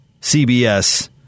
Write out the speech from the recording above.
CBS –